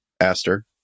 Aster